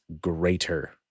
greater